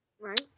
Right